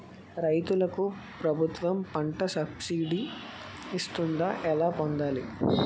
రైతులకు ప్రభుత్వం పంట సబ్సిడీ ఇస్తుందా? ఎలా పొందాలి?